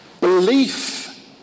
belief